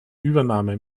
übernahme